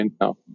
now